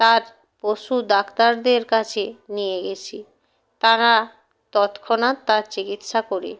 তার পশু ডাক্তারদের কাছে নিয়ে গেছি তারা তৎক্ষণাৎ তার চিকিৎসা করে